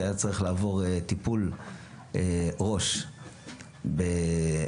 שהיה צריך לעבור טיפול ראש בגרמניה,